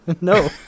No